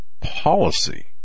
policy